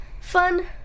fun